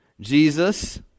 Jesus